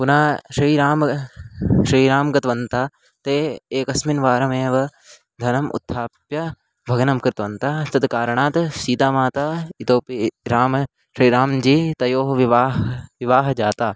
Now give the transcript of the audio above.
पुनः श्रीरामः श्रीरामः गतवन्तः ते एकस्मिन् वारमेव धनुः उत्थाप्य भग्नं कृतवन्तः तद् कारणात् सीतामाता इतोपि रामः श्रीरामजी तयोः विवाहः विवाहः जातः